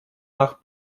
nach